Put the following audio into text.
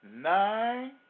nine